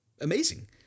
amazing